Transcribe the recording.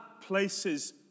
places